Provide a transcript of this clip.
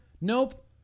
Nope